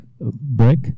break